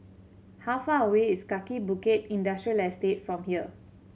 how far away is Kaki Bukit Industrial Estate from here